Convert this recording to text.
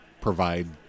provide